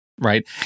Right